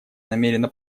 намерена